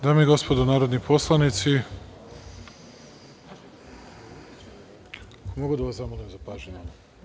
Dame i gospodo narodni poslanici, mogu da vas zamolim za pažnju.